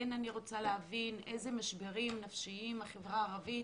אני רוצה להבין איזה משברים נפשיים החברה הערבית,